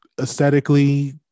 aesthetically